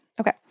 Okay